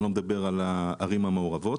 אני לא מדבר על הערים המעורבות,